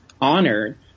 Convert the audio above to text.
honored